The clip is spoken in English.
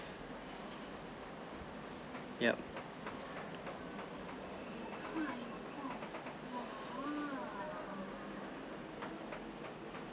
yup